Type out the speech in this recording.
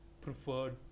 preferred